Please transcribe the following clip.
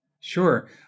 Sure